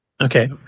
Okay